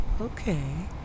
Okay